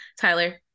Tyler